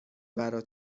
برا